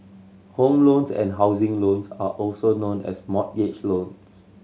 home loans and housing loans are also known as mortgage loans